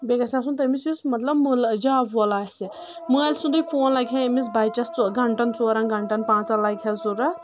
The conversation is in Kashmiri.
بیٚیہِ گژھِ آسُن تٔمِس یُس ملطب مُلہٕ جاب وول آسہِ مٲلۍ سُنٛدُے فون لگہِ ہا أمِس بچس گنٛٹن ژورن گںٛٹن پانٛژن لگہِ ہس ضروٗرت